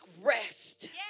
rest